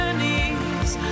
knees